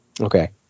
Okay